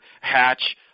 hatch